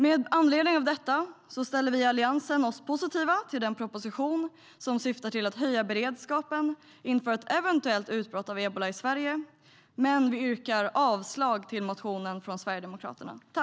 Med anledning av detta ställer vi i Alliansen oss positiva till den proposition som syftar till att höja beredskapen inför ett eventuellt utbrott av ebola i Sverige. Men vi yrkar avslag på motionen från Sverigedemokraterna.